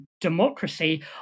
democracy